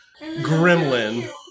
gremlin